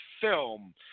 film